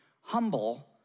humble